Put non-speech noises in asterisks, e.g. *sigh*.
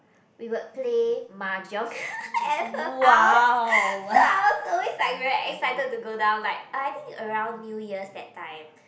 we would play mahjong *laughs* at her house so I was always like very excited to go down like I think around New Years that time